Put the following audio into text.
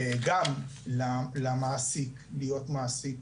גם מעסיק להיות מעסיק